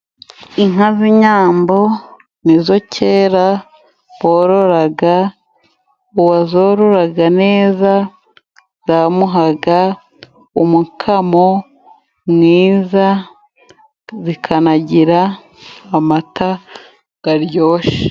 Inka z'inyambo ni zo kera bororaga, uwazororaga neza zamuhaga umukamo mwiza zikanagira amata garyoshe.